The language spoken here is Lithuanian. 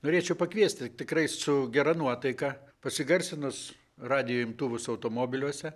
norėčiau pakviesti tikrai su gera nuotaika pasigarsinus radijo imtuvus automobiliuose